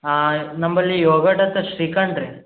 ಹಾಂ ನಂಬಲ್ಲಿ ಯೋಗಟ್ ಅಂತ ಶ್ರೀಕಂಡ್ರಿ